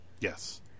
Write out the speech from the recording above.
Yes